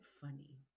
funny